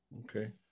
Okay